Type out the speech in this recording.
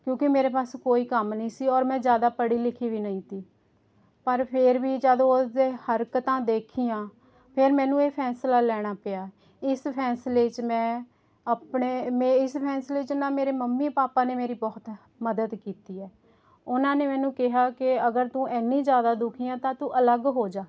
ਕਿਉਂਕਿ ਮੇਰੇ ਪਾਸ ਕੋਈ ਕੰਮ ਨਹੀਂ ਸੀ ਔਰ ਮੈਂ ਜ਼ਿਆਦਾ ਪੜ੍ਹੀ ਲਿਖੀ ਵੀ ਨਹੀਂ ਤੀ ਪਰ ਫਿਰ ਵੀ ਜਦੋਂ ਉਸ ਦੇ ਹਰਕਤਾਂ ਦੇਖੀਆਂ ਫਿਰ ਮੈਨੂੰ ਇਹ ਫੈਸਲਾ ਲੈਣਾ ਪਿਆ ਇਸ ਫੈਸਲੇ 'ਚ ਮੈਂ ਆਪਣੇ ਮੇਰੇ ਇਸ ਫੈਸਲੇ 'ਚ ਨਾ ਮੇਰੇ ਮੰਮੀ ਪਾਪਾ ਨੇ ਮੇਰੀ ਬਹੁਤ ਮਦਦ ਕੀਤੀ ਹੈ ਉਹਨਾਂ ਨੇ ਮੈਨੂੰ ਕਿਹਾ ਕਿ ਅਗਰ ਤੂੰ ਇੰਨੀ ਜ਼ਿਆਦਾ ਦੁਖੀ ਆ ਤਾਂ ਤੂੰ ਅਲੱਗ ਹੋ ਜਾ